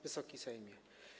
Wysoki Sejmie!